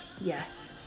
Yes